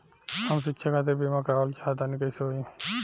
हम शिक्षा खातिर बीमा करावल चाहऽ तनि कइसे होई?